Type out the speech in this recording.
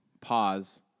pause